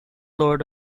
lord